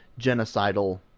genocidal